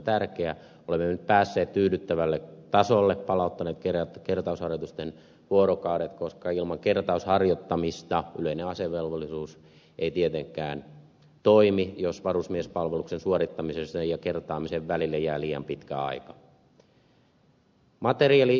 olemme nyt päässeet tyydyttävälle tasolle palauttaneet kertausharjoitusten vuorokaudet koska ilman kertausharjoittamista yleinen asevelvollisuus ei tietenkään toimi jos varusmiespalveluksen suorittamisen ja kertaamisen välille jää liian pitkä aika